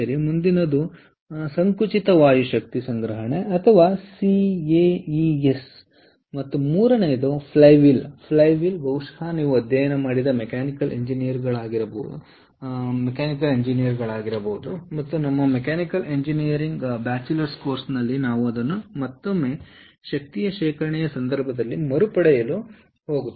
ಮುಂದಿನದು ಸಂಕುಚಿತ ವಾಯು ಶಕ್ತಿ ಸಂಗ್ರಹಣೆ ಅಥವಾ ಸಿಎಇಎಸ್ ಮತ್ತು ಮೂರನೆಯದು ಫ್ಲೈವೀಲ್ಸ್ ಬಹುಶಃ ನೀವು ಅಧ್ಯಯನ ಮಾಡಿದ ಮೆಕ್ಯಾನಿಕಲ್ ಎಂಜಿನಿಯರ್ಗಳಾಗಿರಬಹುದು ಮತ್ತು ನಮ್ಮ ಮೆಕ್ಯಾನಿಕಲ್ ಎಂಜಿನಿಯರಿಂಗ್ ಬ್ಯಾಚುಲರ್ಸ್ ಕೋರ್ಸ್ನಲ್ಲಿ ನಾವು ಅದನ್ನು ಮತ್ತೊಮ್ಮೆ ಶಕ್ತಿಯ ಶೇಖರಣೆಯ ಸಂದರ್ಭದಲ್ಲಿ ಮರುಪಡೆಯಲು ಹೋಗುತ್ತೇವೆ